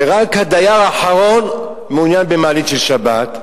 ורק הדייר האחרון מעוניין במעלית של שבת,